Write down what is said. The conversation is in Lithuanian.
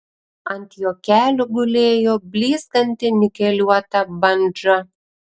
ant jo kelių gulėjo blizganti nikeliuota bandža